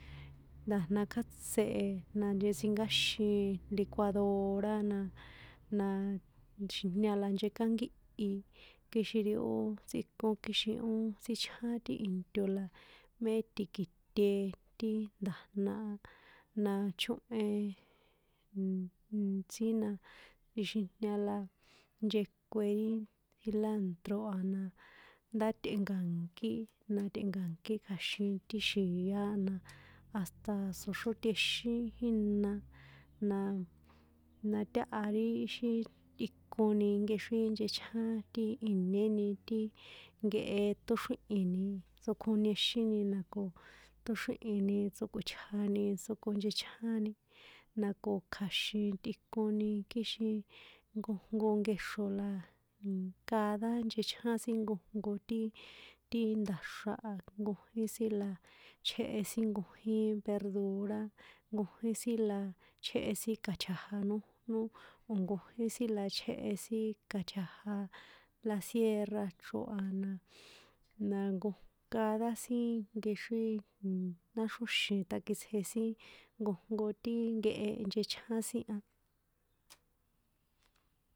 Nda̱jna kjátsé e na nchetsinkáxin licuadora na, naaa tsjixijña la nchekꞌánkíhi kixn ri tsꞌikon kixin tsíchján ti into la mé ti̱ki̱te ti nda̱jna a, na chóhen, intsí na tsjixijña la nchekuen ti cilantro̱ a na ndá tꞌe̱nka̱nkí, na tꞌe̱nka̱nkí kja̱xin ti xi̱a na hasta tsoxrótexín jina na, na táha ri íxin tꞌikoni nkexrín nchechján ti iñéni ti nkehe ṭóxríhi̱n tsokjoniexíni na ko ṭꞌóxróhini tsokꞌuitjani tsokonchechjáni na ko kja̱xin tꞌikoni kixin nkojnko nkexro la cada nchechján sin nkojnko ti nda̱xra a nkojín sin la chjéhe sin nkojín verdura, nkojín sin la chjéhe ka̱tja̱ja nójnó o̱ nkojín sin la chjéhe sin ka̱tja̱ja la sierra chro a na, na nkoj cada sin nkexrín náxrjóxi̱n ṭakitsje sin nkojnko ti nkehe nchechján sin a.